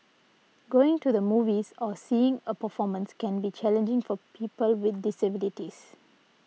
going to the movies or seeing a performance can be challenging for people with disabilities